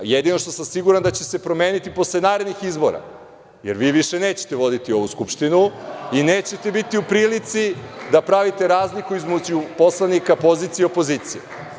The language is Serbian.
Jedino što sam siguran da će se promeniti posle narednih izbora, jer vi više nećete voditi ovu Skupštinu i nećete biti u prilici da pravite razliku između poslanika pozicije i opozicije.